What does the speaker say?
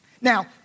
Now